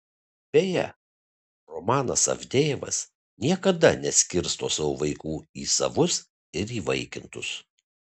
beje romanas avdejevas niekada neskirsto savo vaikų į savus ir įvaikintus